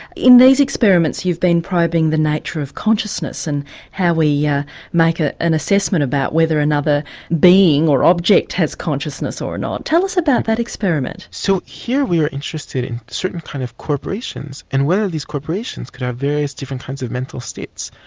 in these experiments you've been probing the nature of consciousness and how we yeah make ah an assessment about whether another being or object has consciousness or not. tell us about that experiment? so here we're interested in certain kinds kind of corporations and whether these corporations could have various different kinds of mental states.